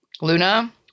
Luna